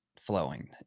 flowing